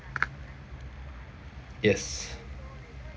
yes